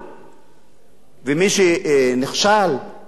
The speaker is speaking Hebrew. מי שנכשל צריך לתת את הדין,